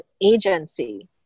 agency